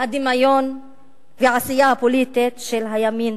הדמיון והעשייה הפוליטית של הימין.